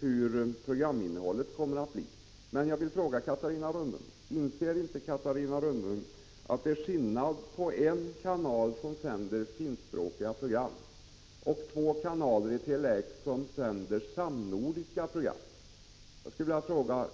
hur programinnehållet kommer att bli. Jag vill fråga Catarina Rönnung: Inser inte Catarina Rönnung att det är skillnad på en kanal som sänder finskspråkiga program och två kanaler i Tele-X som sänder samnordiska program?